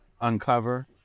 uncover